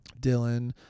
Dylan